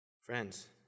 friends